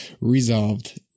resolved